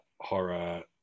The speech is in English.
horror